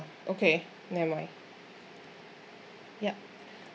okay nevermind yup